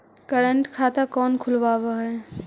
current खाता कौन खुलवावा हई